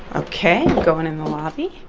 ah ok, going in the lobby.